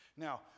Now